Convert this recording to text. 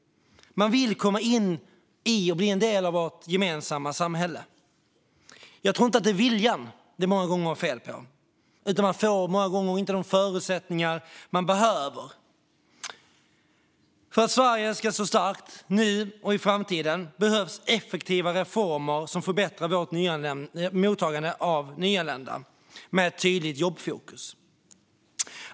Man vill komma in i och bli en del av vårt gemensamma samhälle. Jag tror inte att det är viljan det är fel på, men man får många gånger inte de förutsättningar man behöver. För att Sverige ska stå starkt, nu och i framtiden, behövs effektiva reformer som förbättrar vårt mottagande av nyanlända med ett tydligt jobbfokus.